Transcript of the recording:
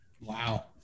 Wow